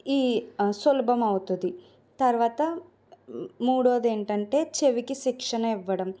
ఈ సులభం అవుతుంది తరువాత మూడోవది ఏంటంటే చెవికి శిక్షణ ఇవ్వడం